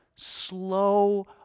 slow